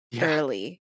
early